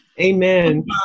Amen